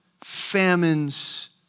famines